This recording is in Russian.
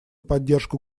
поддержку